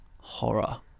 Horror